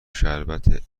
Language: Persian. شربت